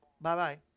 Bye-bye